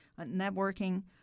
networking